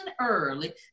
early